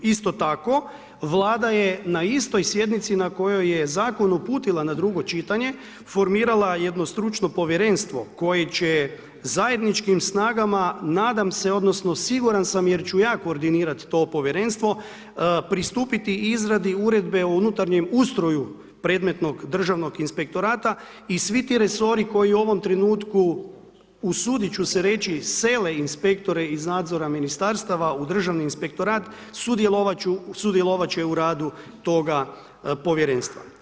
Isto tako Vlada je na istoj sjednici na kojoj je zakon uputila na drugo čitanje formirala jedno stručno povjerenstvo koje će zajedničkim snagama nadam se odnosno siguran sam jer ću ja koordinirat to povjerenstvo pristupiti izradi uredbe o unutarnjem ustroju predmetnog državnog inspektorata i svi ti resori koji u ovom trenutku usudit ću se reći sele inspektore iz nadzora ministarstva u državni inspektorat sudjelovat će u radu toga povjerenstva.